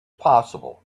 possible